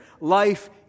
Life